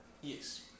Yes